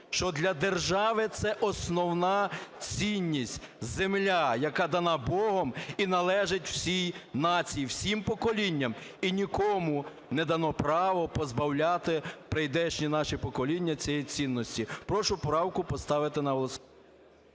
що для держави це основна цінність – земля, яка дана Богом і належить всій нації, всім поколінням. І нікому не дано право позбавляти прийдешні наші покоління цієї цінності. Прошу правку поставити на